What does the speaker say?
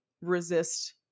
resist